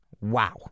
Wow